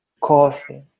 coffee